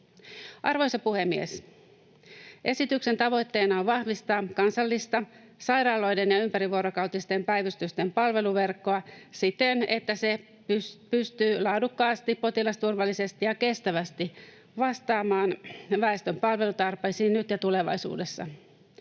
Arvoisa puhemies! Esityksen tavoitteena on vahvistaa kansallista sairaaloiden ja ympärivuorokautisten päivystysten palveluverkkoa siten, että se pystyy laadukkaasti, potilasturvallisesti ja kestävästi vastaamaan väestön palvelutarpeisiin nyt ja tulevaisuudessa.